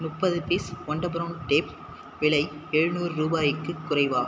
முப்பது piece wonder brown tape விலை எழுநூறு ரூபாய்க்குக் குறைவா